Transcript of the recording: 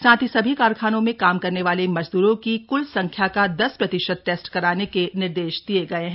साथ ही सभी कारखानों में काम कर रहे मजदूरों की कृल संख्या का दस प्रतिशत टेस्ट कराने के निर्देश दिये गए हैं